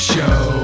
Show